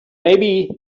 maybe